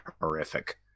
horrific